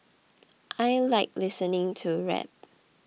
I like listening to rap